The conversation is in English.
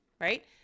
right